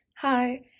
Hi